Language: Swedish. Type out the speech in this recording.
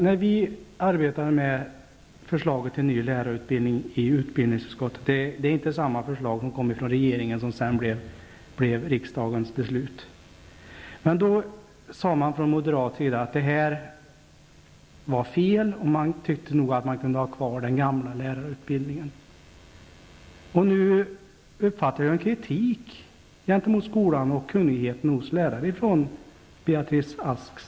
När vi i utbildningsutskottet arbetade med förslaget till ny lärarutbildning -- det är inte det förslag som kom från regeringen och som sedan blev riksdagens beslut -- sade moderaterna att det var fel och att man nog ansåg att man kunde ha kvar den gamla lärarutbildningen. Nu uppfattar jag en kritik gentemot skolan och kunnigheten hos lärarna från Beatrice Ask.